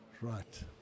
right